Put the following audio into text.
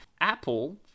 Apple